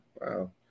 Wow